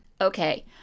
Okay